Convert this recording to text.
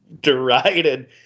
derided